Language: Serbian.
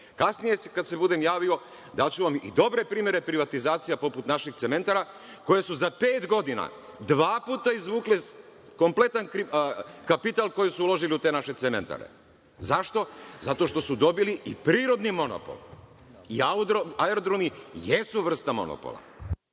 Kasnije kad se budem javio daću vam i dobre primere privatizacija, poput naših cementara koje su za pet godina dva puta izvukle kompletan kapital koji su uložili u te naše cementare. Zašto? Zato što su dobili i prirodni monopol. Aerodromi jesu vrsta monopola.